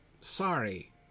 Sorry